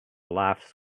laughs